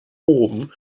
oben